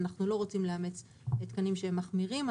אנחנו לא רוצים לאמץ תקנים שמחמירים.